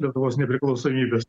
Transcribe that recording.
lietuvos nepriklausomybės